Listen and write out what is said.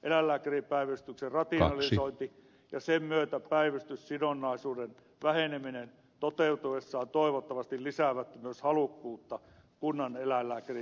eläinlääkäripäivystyksen rationalisointi ja sen myötä päivystyssidonnaisuuden väheneminen toteutuessaan toivottavasti lisäävät myös halukkuutta kunnan eläinlääkärin tehtäviin